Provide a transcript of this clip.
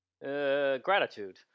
gratitude